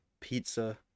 pizza